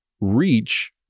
reach